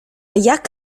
jak